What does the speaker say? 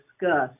discussed